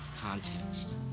context